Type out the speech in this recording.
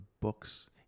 books